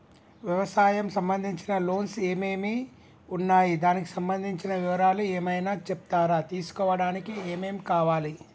వ్యవసాయం సంబంధించిన లోన్స్ ఏమేమి ఉన్నాయి దానికి సంబంధించిన వివరాలు ఏమైనా చెప్తారా తీసుకోవడానికి ఏమేం కావాలి?